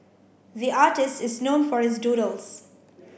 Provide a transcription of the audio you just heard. the artist is known for his doodles